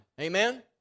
Amen